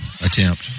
attempt